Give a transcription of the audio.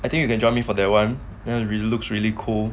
I think you can join me for their one you know it look really cool